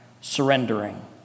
surrendering